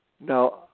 Now